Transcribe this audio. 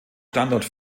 standort